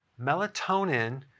Melatonin